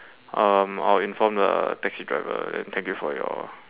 um I'll inform the taxi driver and thank you for your